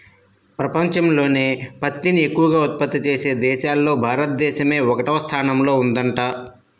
పెపంచంలోనే పత్తిని ఎక్కవగా ఉత్పత్తి చేసే దేశాల్లో భారతదేశమే ఒకటవ స్థానంలో ఉందంట